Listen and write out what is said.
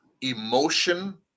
emotion